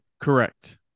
Correct